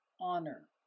honor